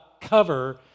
cover